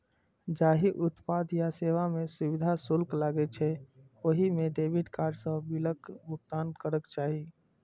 जाहि उत्पाद या सेवा मे सुविधा शुल्क लागै छै, ओइ मे डेबिट कार्ड सं बिलक भुगतान करक चाही